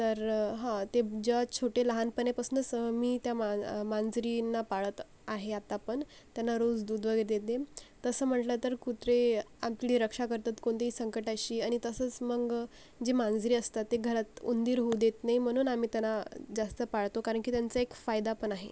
तर हां ते जेव्हा छोटे लहानपणापासूनच मी त्या मा मांजरींना पाळत आहे आता पण त्यांना रोज दूध वगैरे देते तसं म्हटलं तर कुत्रे आपली रक्षा करतात कोणतेही संकटाशी आणि तसंच मंग जे मांजरी असतात ते घरात उंदीर होऊ देत नाही म्हणून आम्ही त्यांना जास्त पाळतो कारण की त्यांचा एक फायदा पण आहे